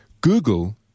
Google